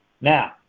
Now